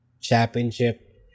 Championship